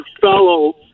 fellow